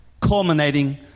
culminating